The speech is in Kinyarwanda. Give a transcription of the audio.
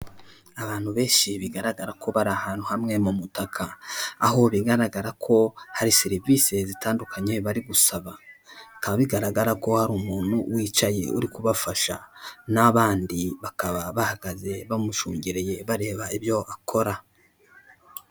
Abantu benshi bigaragara ko bari ahantu hamwe mu mubutaka aho bigaragara ko hari serivisi zitandukanye bari gusaba bikaba bigaragara ko hari umuntu wicaye uri kubafasha n'abandi bakaba bahagaze bamushungereye bareba ibyo akora.